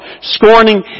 scorning